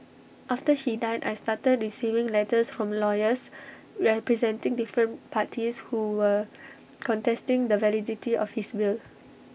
after he died I started receiving letters from lawyers representing different parties who were contesting the validity of his will